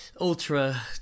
ultra